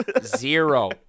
Zero